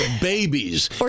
babies